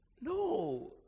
No